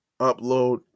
upload